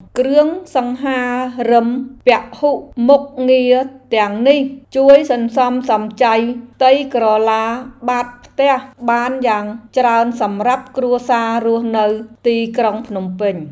គ្រឿងសង្ហារិមពហុមុខងារទាំងនេះជួយសន្សំសំចៃផ្ទៃក្រឡាបាតផ្ទះបានយ៉ាងច្រើនសម្រាប់គ្រួសាររស់នៅទីក្រុងភ្នំពេញ។